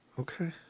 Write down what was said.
Okay